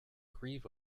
grieve